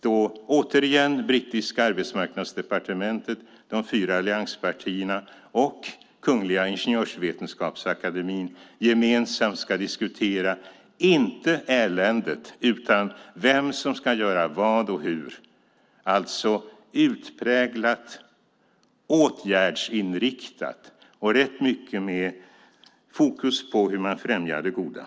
Då ska återigen brittiska arbetsmarknadsdepartementet, de fyra allianspartierna och Kungliga Ingenjörsvetenskapsakademien gemensamt diskutera inte eländet utan vem som ska göra vad och hur. Det är alltså utpräglat åtgärdsinriktat, och det är rätt mycket fokus på hur man främjar det goda.